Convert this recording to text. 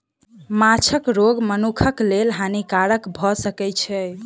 माँछक रोग मनुखक लेल हानिकारक भअ सकै छै